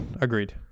Agreed